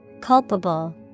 Culpable